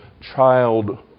child